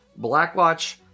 Blackwatch